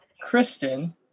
Kristen